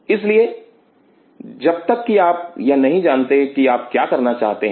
इसलिए जब तक की आप यह नहीं जानते कि आप क्या चाहते हैं